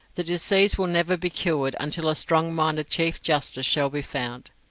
the disease will never be cured until a strong-minded chief justice shall be found,